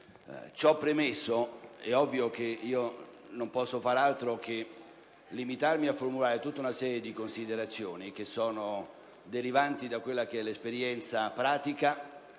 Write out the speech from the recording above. Ciò premesso, è ovvio che non posso far altro che limitarmi a formulare una serie di considerazioni derivanti dall'esperienza pratica